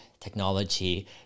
technology